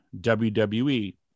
WWE